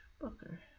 Booker